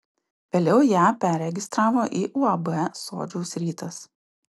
vėliau ją perregistravo į uab sodžiaus rytas